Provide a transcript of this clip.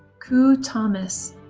ku thomas.